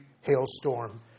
hailstorm